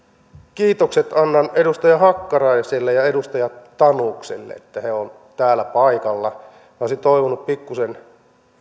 kiitoksen annan edustaja hakkaraiselle ja edustaja tanukselle että he ovat täällä paikalla olisin toivonut pikkuisen